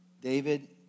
David